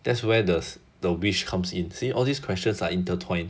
that's where th~ the wish comes in see all these questions are intertwined